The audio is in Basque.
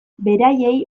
beraiei